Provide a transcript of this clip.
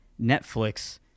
Netflix